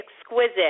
exquisite